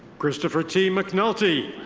christopher t. mcnulty.